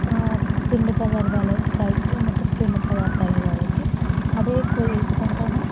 పిండిపదార్థాలు రైస్లో మొత్తం పిండిపదార్థాలే కాబట్టి అదే ఎక్కువ తీసుకుంటాము